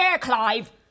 Clive